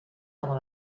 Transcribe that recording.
dans